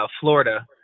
Florida